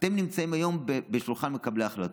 אתם נמצאים היום בשולחן מקבלי ההחלטות.